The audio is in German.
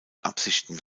absichten